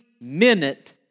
minute